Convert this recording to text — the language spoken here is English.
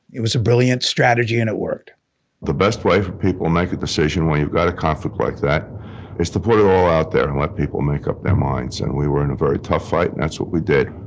it was a brilliant strategy, and it worked the best way for people to make a decision when you've got a conflict like that is to put it all out there and let people make up their minds. and we were in a very tough fight, and that's what we did.